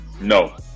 No